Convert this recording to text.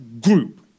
group